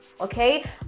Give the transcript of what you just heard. okay